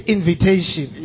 Invitation